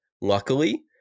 Luckily